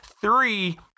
three